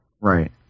Right